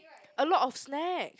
a lot of snack